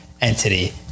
entity